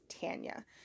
Tanya